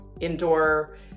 indoor